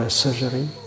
surgery